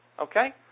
Okay